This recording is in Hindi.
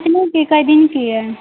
क्यों किए हैं